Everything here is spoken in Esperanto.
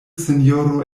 sinjoro